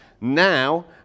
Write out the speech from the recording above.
now